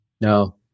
No